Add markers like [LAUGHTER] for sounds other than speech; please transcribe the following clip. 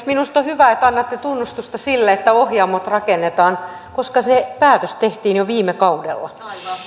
[UNINTELLIGIBLE] minusta on hyvä että annatte tunnustusta sille että ohjaamot rakennetaan koska se päätös tehtiin jo viime kaudella